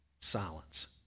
silence